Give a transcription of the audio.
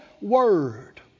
word